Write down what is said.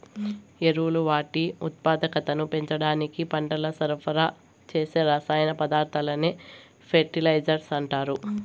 ఎరువులు వాటి ఉత్పాదకతను పెంచడానికి పంటలకు సరఫరా చేసే రసాయన పదార్థాలనే ఫెర్టిలైజర్స్ అంటారు